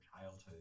childhood